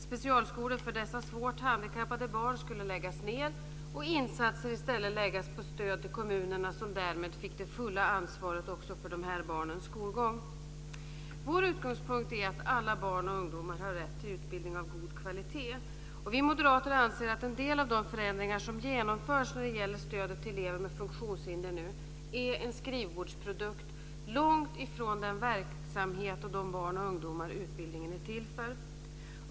Specialskolor för dessa svårt handikappade barn skulle läggas ned och insatser i stället läggas på stöd till kommunerna, som därmed fick det fulla ansvaret för de barnens skolgång. Vår utgångspunkt är att alla barn och ungdomar har rätt till utbildning av god kvalitet. Vi moderater anser att en del av de förändringar som nu genomförs när det gäller stödet till elever med funktionshinder är en skrivbordsprodukt, långt ifrån den verksamhet och de barn och ungdomar som utbildningen är till för.